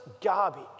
garbage